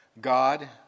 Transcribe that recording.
God